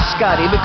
Scotty